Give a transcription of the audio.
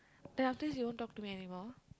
then after this you won't talk to me anymore